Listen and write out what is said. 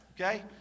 okay